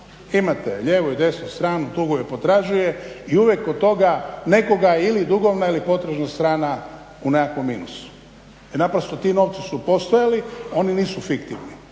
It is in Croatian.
Imate lijevu i desnu stranu, duguje i potražuje i uvijek kod toga nekoga je ili dugovna ili potražna strana u nekakvom minusu jer naprosto ti novci su postojali, oni nisu fiktivni